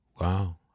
Wow